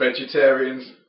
vegetarians